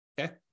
Okay